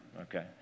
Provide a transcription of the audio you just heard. okay